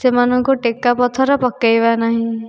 ସେମାନଙ୍କୁ ଟେକା ପଥର ପକେଇବା ନାହିଁ